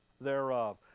thereof